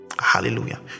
Hallelujah